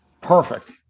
perfect